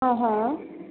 ಹಾಂ ಹಾಂ